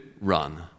Run